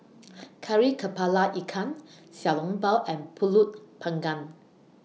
Kari Kepala Ikan Xiao Long Bao and Pulut Panggang